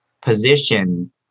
position